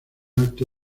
alto